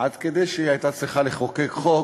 עד כדי שהיא הייתה צריכה לחוקק חוק